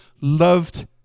loved